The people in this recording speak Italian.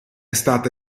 stata